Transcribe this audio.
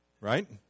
right